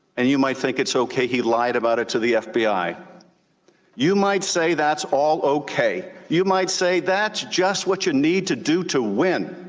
and you might think it's okay he lied about it to the fbi. you might say, that's all okay. you might say that's just what you need to do to win.